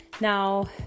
Now